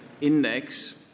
index